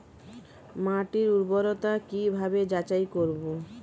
মাটির উর্বরতা কি ভাবে যাচাই করব?